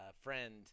friend